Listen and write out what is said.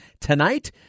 Tonight